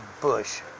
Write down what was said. Bush